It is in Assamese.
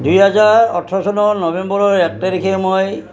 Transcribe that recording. দুহেজাৰ ওঠৰ চনৰ নৱেম্বৰৰ এক তাৰিখে মই